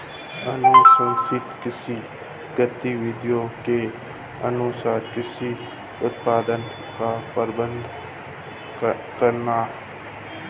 अनुशंसित कृषि गतिविधियों के अनुसार कृषि उत्पादन का प्रबंधन करना